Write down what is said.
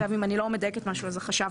אם אני לא מדייקת במשהו, החשב